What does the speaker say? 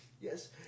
Yes